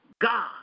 God